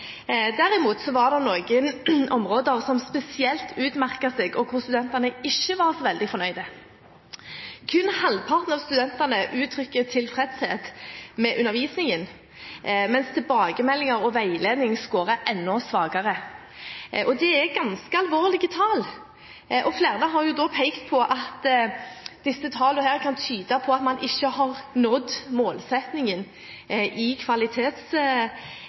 Derimot var det noen områder som spesielt utmerket seg, og hvor studentene ikke var så fornøyde. Kun halvparten av studentene uttrykte tilfredshet med undervisningen, mens tilbakemeldinger og veiledning scoret enda svakere. Det er ganske alvorlige tall. Flere har pekt på at disse tallene kan tyde på at man ikke har nådd målsettingen i